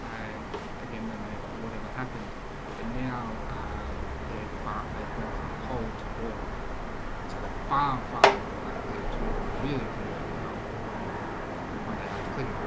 and again, they may have whatever happened but now they're far. they've gone from cold to warm and so they farm far more likely to really convert well with one day after clean